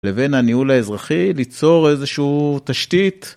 לבין הניהול האזרחי, ליצור איזושהי תשתית.